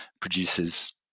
produces